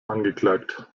angeklagt